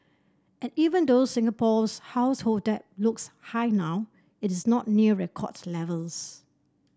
and even though Singapore's household debt looks high now it is not near record levels